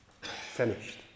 Finished